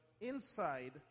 inside